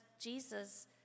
Jesus